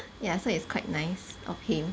ya so it's quite nice of him